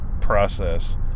process